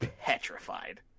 petrified